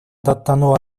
даттануу